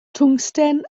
twngsten